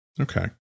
okay